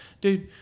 dude